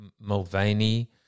Mulvaney